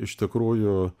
iš tikrųjų